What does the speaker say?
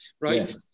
Right